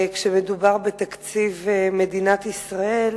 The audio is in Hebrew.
כשמדובר בתקציב מדינת ישראל,